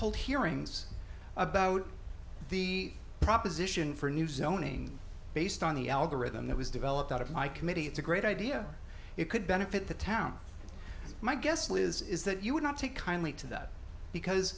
hold hearings about the proposition for a new zoning based on the algorithm that was developed out of my committee it's a great idea it could benefit the town my guess liz is that you would not take kindly to that because